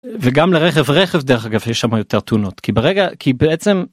וגם לרכב רכב דרך אגב יש שם יותר תאונות כי ברגע כי בעצם.